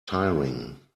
tiring